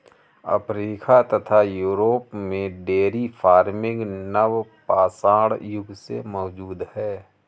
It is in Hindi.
अफ्रीका तथा यूरोप में डेयरी फार्मिंग नवपाषाण युग से मौजूद है